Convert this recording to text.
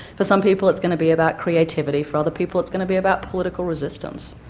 for some people it's going to be about creativity, for other people it's going to be about political resistance.